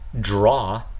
draw